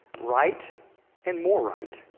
right and more right,